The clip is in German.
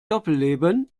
doppelleben